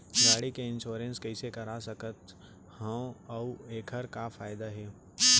गाड़ी के इन्श्योरेन्स कइसे करा सकत हवं अऊ एखर का फायदा हे?